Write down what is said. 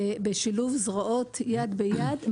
בשילוב זרועות יד ביד,